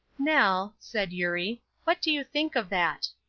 nell, said eurie, what do you think of that?